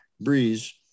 Breeze